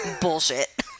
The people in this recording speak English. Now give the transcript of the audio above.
bullshit